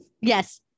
Yes